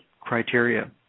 criteria